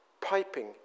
piping